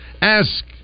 Ask